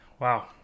wow